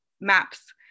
maps